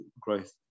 growth